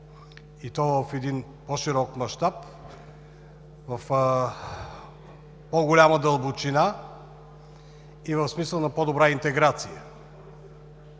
и то в един по-широк мащаб – в по-голяма дълбочина и в смисъл на по-добра интеграция.